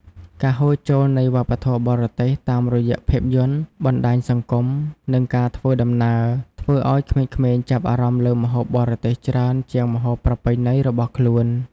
ការហូរចូលនៃវប្បធម៌បរទេស តាមរយៈភាពយន្ត បណ្ដាញសង្គម និងការធ្វើដំណើរ ធ្វើឱ្យក្មេងៗចាប់អារម្មណ៍លើម្ហូបបរទេសច្រើនជាងម្ហូបប្រពៃណីរបស់ខ្លួន។